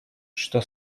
что